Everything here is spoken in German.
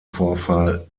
vorfall